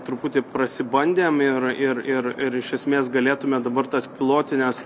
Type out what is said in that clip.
truputį prasibandėm ir ir ir ir iš esmės galėtume dabar tas pilotines